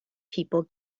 people